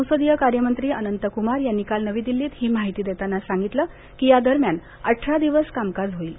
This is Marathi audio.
संसदीय कार्य मंत्री अनंत कुमार यांनी काल नवी दिल्लीत ही माहिती देताना सांगितलं की या दरम्यान अठरा दिवस कामकाज होईल